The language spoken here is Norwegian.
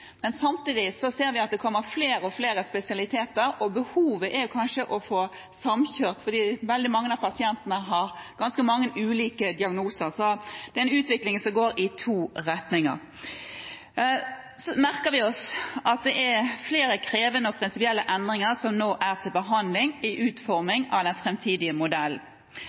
Samtidig ser vi at det kommer flere og flere spesialiteter, og behovet er kanskje å få samkjørt utdanningen, fordi veldig mange av pasientene har ganske mange ulike diagnoser. Det er en utvikling som går i to retninger. Vi merker oss at det er flere krevende og prinsipielle endringer som nå er til behandling i utformingen av den framtidige modellen.